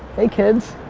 hey kids,